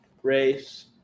Race